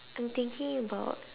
I'm thinking about